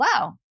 wow